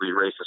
racist